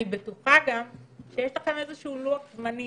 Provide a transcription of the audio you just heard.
אני בטוחה גם שיש לכם איזה שהוא לוח-זמנים